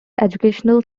educational